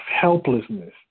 Helplessness